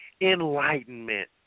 enlightenment